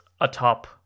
atop